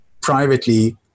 privately